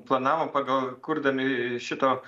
planavom pagal kurdami šito